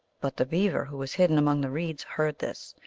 but the beaver, who was hidden among the reeds, heard this,